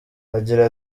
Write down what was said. agira